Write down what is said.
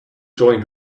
join